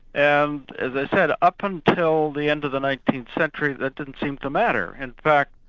and as i said, up until the end of the nineteenth century, that didn't seem to matter. in fact,